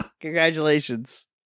Congratulations